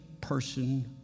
person